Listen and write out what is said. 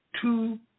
two